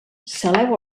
saleu